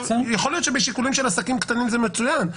יכול להיות שבשיקולים של עסקים קטנים זה מצוין,